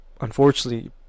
Unfortunately